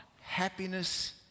happiness